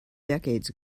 decades